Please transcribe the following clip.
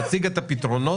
נציג את הפתרונות